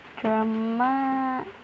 drama